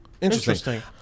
Interesting